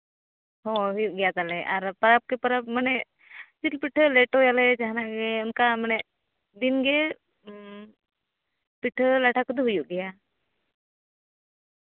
ᱦᱚᱸ ᱦᱩᱭᱩᱜ ᱜᱮᱭᱟ ᱛᱟᱞᱮ ᱟᱨ ᱯᱟᱨᱟᱵᱽ ᱠᱮ ᱯᱟᱨᱟᱵᱽ ᱢᱟᱱᱮ ᱡᱤᱞ ᱯᱤᱴᱟᱹ ᱞᱮᱴᱚᱭᱟᱞᱮ ᱡᱟᱦᱟᱸᱱᱟᱜ ᱜᱮ ᱚᱱᱠᱟ ᱢᱟᱱᱮ ᱫᱤᱱ ᱜᱮ ᱯᱤᱴᱷᱟᱹᱼᱞᱟᱴᱷᱟ ᱠᱚᱫᱚ ᱦᱩᱭᱩᱜ ᱜᱮᱭᱟ